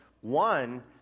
One